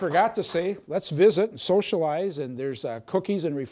forgot to say let's visit and socialize and there's cookies and r